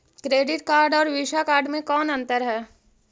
Credit card और visa card मे कौन अन्तर है?